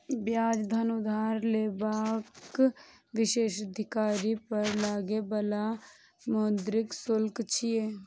ब्याज धन उधार लेबाक विशेषाधिकार पर लागै बला मौद्रिक शुल्क छियै